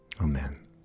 Amen